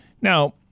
Now